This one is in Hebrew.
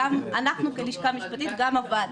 גם אנחנו כלשכה משפטית וגם כוועדה,